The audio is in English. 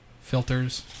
filters